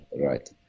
right